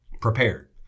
prepared